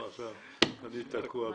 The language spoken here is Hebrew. פה עכשיו אני תקוע בחקיקה.